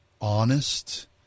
honest